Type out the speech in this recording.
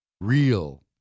real